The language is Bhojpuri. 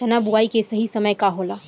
चना बुआई के सही समय का होला?